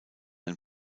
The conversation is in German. ein